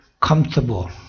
comfortable